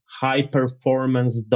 high-performance